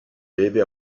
deve